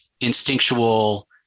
instinctual